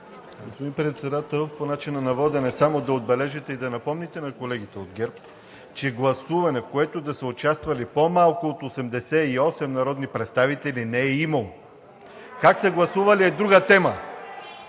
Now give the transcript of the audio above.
Господин Председател, по начина на водене само да отбележите и да напомните на колегите от ГЕРБ, че гласуване, в което да са участвали по-малко от 88 народни представители, не е имало. Как са гласували е друга тема.